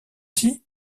dit